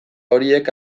horiek